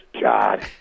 God